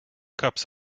cups